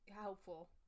Helpful